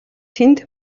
тэнд